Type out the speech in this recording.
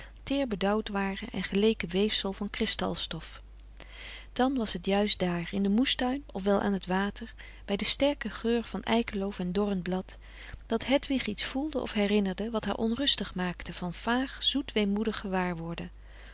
teer bedauwd waren en geleken weefsel van kristal stof dan was het juist daar in den moestuin of wel aan het water bij den sterken geur van eikenloof en dorrend blad dat hedwig iets voelde of herinnerde wat haar onrustig maakte van vaag zoet weemoedig gewaarworden